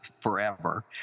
forever